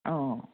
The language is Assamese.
অঁ